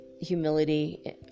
humility